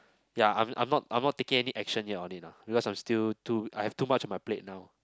ya I'm I'm not I'm not taking any action yet on it lah because I'm still too I have too much on my plate now